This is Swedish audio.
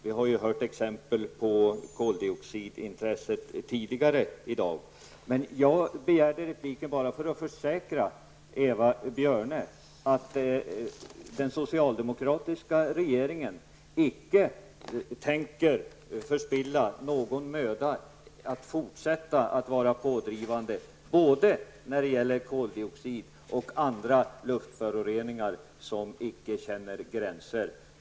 Vi har hört exempel på koldioxidintresset tidigare i dag. Jag begärde emellertid replik bara för att försäkra Eva Björne om att den socialdemokratiska regeringen inte tänker förspilla någon möda i fråga om att fortsätta att vara pådrivande både när det gäller koldioxid och andra luftföroreningar som inte känner några gränser.